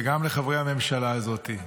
וגם לחברי הממשלה הזאת: